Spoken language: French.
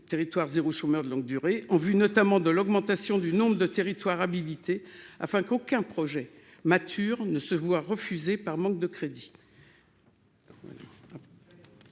territoires zéro, chômeur de longue durée, en vue notamment de l'augmentation du nombre de territoires habilité afin qu'aucun projet mature ne se voit refuser par manque de crédit.